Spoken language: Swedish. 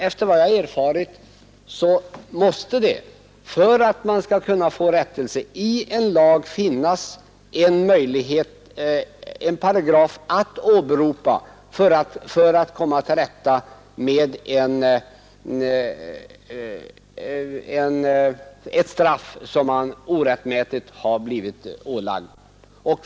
Efter vad jag har erfarit måste det emellertid i lagen finnas en paragraf att åberopa för att man skall få rättelse på ett straff som man orättmätigt ådömts.